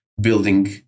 building